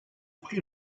prix